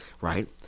Right